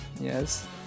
yes